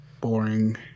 Boring